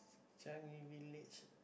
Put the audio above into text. Changi Village